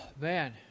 man